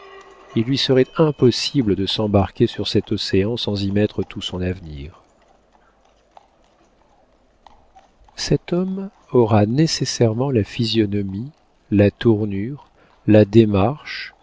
il lui serait impossible de s'embarquer sur cet océan sans y mettre tout son avenir cet homme aura nécessairement la physionomie la tournure la démarche